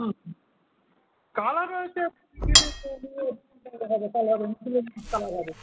হুম colour রয়েছে colour হবে